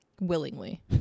willingly